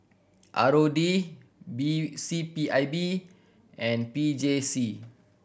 R O D B C P I B and P J C